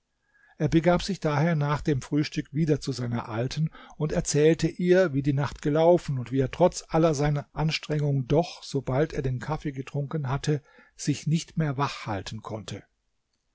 er begab sich daher nach dem frühstück wieder zu seiner alten und erzählte ihr wie die nacht gelaufen und wie er trotz aller seiner anstrengung doch sobald er den kaffee getrunken hatte sich nicht mehr wach halten konnte